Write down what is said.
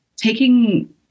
taking